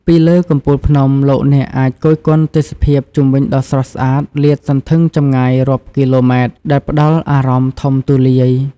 ពីលើកំពូលភ្នំ លោកអ្នកអាចគយគន់ទេសភាពជុំវិញដ៏ស្រស់ស្អាតលាតសន្ធឹងចម្ងាយរាប់គីឡូម៉ែត្រដែលផ្តល់អារម្មណ៍ធំទូលាយ។